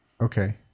Okay